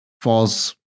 falls